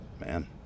man